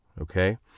okay